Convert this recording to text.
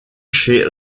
chez